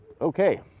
Okay